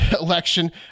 election